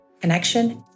connection